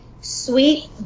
sweet